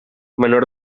menor